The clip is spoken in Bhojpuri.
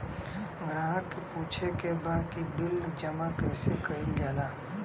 ग्राहक के पूछे के बा की बिल जमा कैसे कईल जाला?